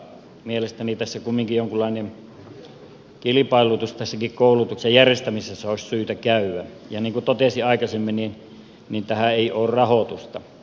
mielestäni kumminkin jonkunlainen kilpailutus tässäkin koulutuksen järjestämisessä olisi syytä käydä ja niin kuin totesin aikaisemmin tähän ei ole rahoitusta olemassa